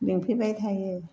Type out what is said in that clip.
लिंफैबायथायो